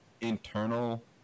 internal